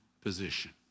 position